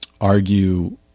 argue –